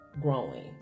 growing